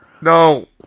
No